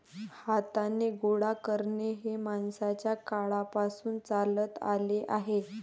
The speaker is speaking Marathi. हाताने गोळा करणे हे माणसाच्या काळापासून चालत आले आहे